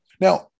Now